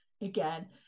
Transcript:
again